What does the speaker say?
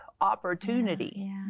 opportunity